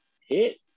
hit